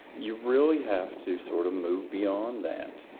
you really have to sort of move beyond that.